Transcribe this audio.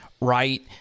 right –